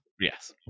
Yes